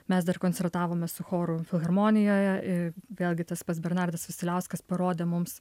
mes dar koncertavome su choru filharmonijoje i vėlgi tas pats bernardas vasiliauskas parodė mums